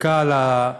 בדקה על ההצעה,